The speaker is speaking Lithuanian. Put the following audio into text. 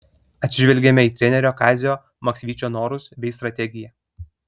atsižvelgėme į trenerio kazio maksvyčio norus bei strategiją